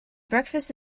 breakfast